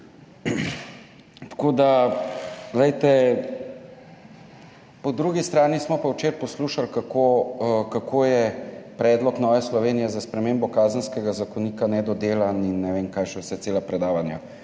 zakona. Po drugi strani smo pa včeraj poslušali, kako je predlog Nove Slovenije za spremembo Kazenskega zakonika nedodelan in ne vem, kaj še vse, cela predavanja